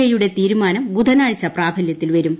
I യുടെ തീരുമാനം ബുധനാഴ്ച പ്രാബലൃത്തിൽ വരും